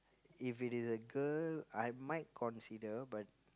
if it is a girl I might consider but